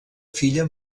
filla